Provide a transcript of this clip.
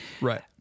Right